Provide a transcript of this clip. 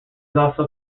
also